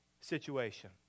situation